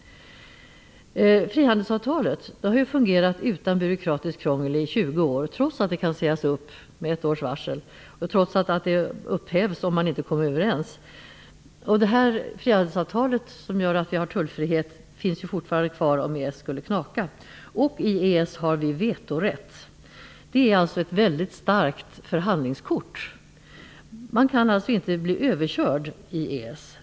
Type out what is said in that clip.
Frihandelsavtalet har fungerat utan byråkratiskt krångel i 20 år, trots att det kan sägas upp med ett års varsel och trots att det upphävs om man inte kommer överens. Frihandelsavtalet, som gör att vi har tullfrihet, finns fortfarande kvar, om EES skulle knaka, och i EES har vi vetorätt. Det är ett väldigt starkt förhandlingskort. Man kan alltså inte bli överkörd i EES.